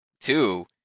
Two